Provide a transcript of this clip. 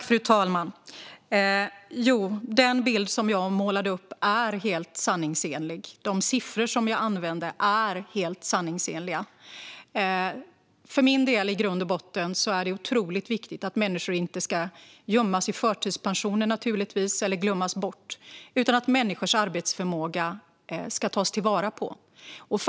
Fru talman! Den bild som jag målade upp är helt sanningsenlig. De siffror som jag använde är helt sanningsenliga. För min del är det i grund och botten otroligt viktigt att människor naturligtvis inte ska gömmas i förtidspension eller glömmas bort utan att man ska till vara på människors arbetsförmåga.